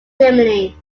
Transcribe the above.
germany